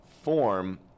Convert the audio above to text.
form